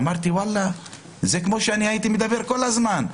אמרתי ואללה זה כמו שאני הייתי מדבר כל הזמן.